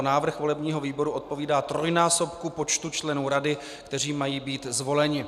Návrh volebního výboru odpovídá trojnásobku počtu členů rady, kteří mají být zvoleni.